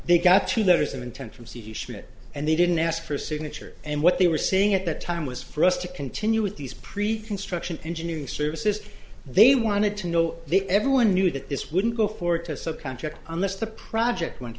they got two letters of intent from c v schmidt and they didn't ask for a signature and what they were saying at that time was for us to continue with these pre construction engineering services they wanted to know the everyone knew that this wouldn't go forward to subcontract unless the project went